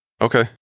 Okay